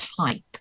type